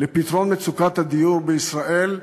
לפתרון מצוקת הדיור בישראל,